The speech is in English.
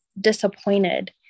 disappointed